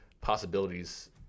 possibilities